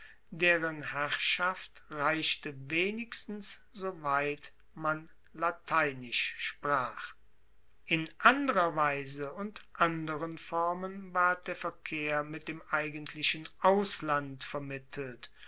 deren herrschaft reichte wenigstens so weit man lateinisch sprach in anderer weise und anderen formen ward der verkehr mit dem eigentlichen ausland vermittelt